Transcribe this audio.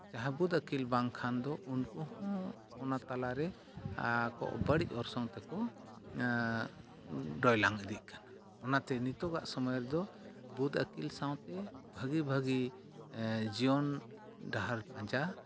ᱡᱟᱦᱟᱸ ᱵᱩᱫᱽᱟᱹᱠᱤᱞ ᱵᱟᱝᱠᱷᱟᱱ ᱫᱚ ᱩᱱᱠᱩ ᱦᱚᱸ ᱚᱱᱟ ᱛᱟᱞᱟᱨᱮ ᱟᱠᱚ ᱵᱟᱹᱲᱤᱡ ᱚᱨᱥᱚᱝ ᱛᱮᱠᱚ ᱰᱚᱭᱞᱟᱝ ᱤᱫᱤᱜ ᱠᱟᱱᱟ ᱚᱱᱟᱛᱮ ᱱᱤᱛᱳᱜᱟᱜ ᱥᱚᱢᱚᱭ ᱨᱮᱫᱚ ᱵᱩᱫᱽᱟᱹᱠᱤᱞ ᱥᱟᱶᱛᱮ ᱵᱷᱟᱜᱮ ᱵᱷᱟᱜᱮ ᱡᱤᱭᱚᱱ ᱰᱟᱦᱟᱨ ᱯᱟᱸᱡᱟ